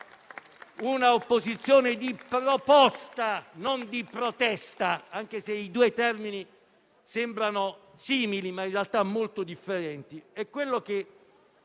una opposizione di proposta e non di protesta. Anche se i due termini sembrano simili, in realtà sono molto differenti.